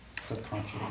subconscious